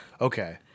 Okay